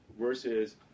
versus